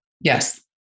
Yes